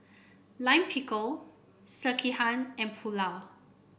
Lime Pickle Sekihan and Pulao